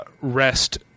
rest